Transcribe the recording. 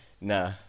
Nah